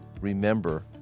remember